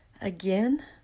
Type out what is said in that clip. again